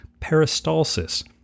peristalsis